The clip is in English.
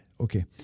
Okay